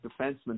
defenseman